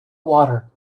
water